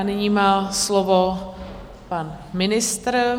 Nyní má slovo pan ministr.